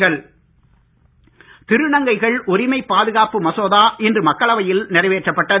திருநங்கை திருநங்கைகள் உரிமைப் பாதுகாப்பு மசோதா இன்று மக்களவையில் நிறைவேற்றப்பட்டது